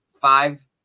five